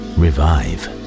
revive